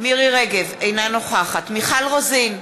אינה נוכחת מיכל רוזין,